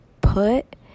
Put